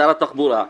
שר התחבורה,